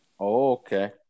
Okay